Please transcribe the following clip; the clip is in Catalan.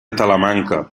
talamanca